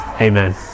Amen